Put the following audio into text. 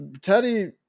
Teddy